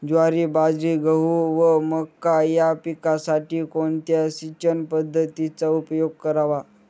ज्वारी, बाजरी, गहू व मका या पिकांसाठी कोणत्या सिंचन पद्धतीचा उपयोग करावा?